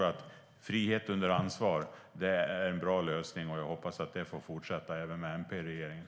Frihet under ansvar är en bra lösning, och jag hoppas att det får fortsätta så även med MP i regeringen.